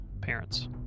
parents